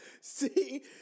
See